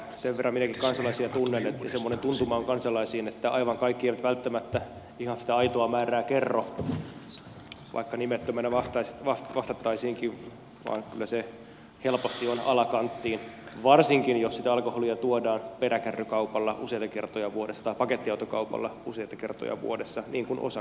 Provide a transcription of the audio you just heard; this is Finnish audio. sen verran minäkin kansalaisia tunnen semmoinen tuntuma on kansalaisiin että aivan kaikki eivät välttämättä ihan sitä aitoa määrää kerro vaikka nimettömänä vastattaisiinkin vaan kyllä se helposti on alakanttiin varsinkin jos sitä alkoholia tuodaan peräkärrykaupalla useita kertoja vuodessa tai pakettiautokaupalla useita kertoja vuodessa niin kuin osa kuitenkin tekee